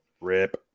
Rip